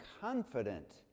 confident